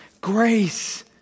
Grace